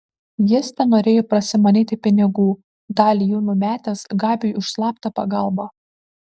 jis tenorėjo prasimanyti pinigų dalį jų numetęs gabiui už slaptą pagalbą